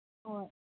ꯍꯣꯏ